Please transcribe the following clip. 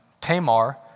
Tamar